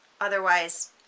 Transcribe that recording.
Otherwise